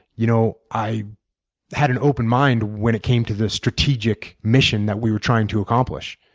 you know i had an open mind when it came to the strategic mission that we were trying to accomplish.